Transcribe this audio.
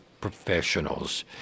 Professionals